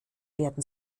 werden